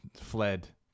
fled